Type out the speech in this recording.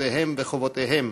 זכויותיהם וחובותיהם,